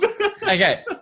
okay